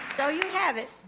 so you have it,